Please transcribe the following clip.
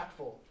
impactful